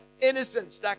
innocence